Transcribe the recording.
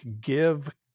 give